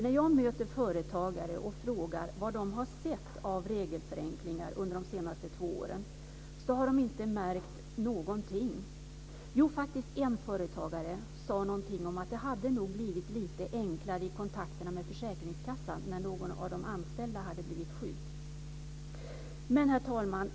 När jag möter företagare och frågar vad de har sett av regelförenklingar under de senaste två åren säger de att de inte har märkt någonting. Jo, faktiskt sade en företagare att det nog hade blivit lite enklare i kontakterna med försäkringskassan när någon av de anställda hade blivit sjuk. Herr talman!